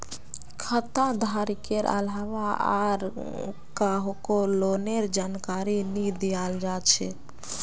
खाता धारकेर अलावा आर काहको लोनेर जानकारी नी दियाल जा छे